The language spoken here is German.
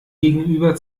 gegenüber